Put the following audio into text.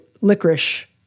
licorice